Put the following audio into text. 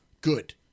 Good